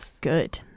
good